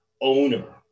owner